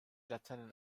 laternen